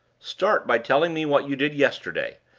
start by telling me what you did yesterday,